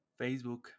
Facebook